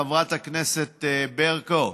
חברת הכנסת ברקו.